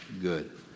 good